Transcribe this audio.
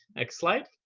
next slide.